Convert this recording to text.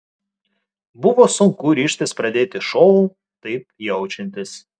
buvo sunku ryžtis pradėti šou taip jaučiantis